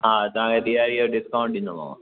हा तहव्हांखे ॾियारीअ जो डिस्काउंट ॾींदोमांव